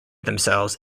themselves